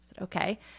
okay